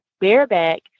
bareback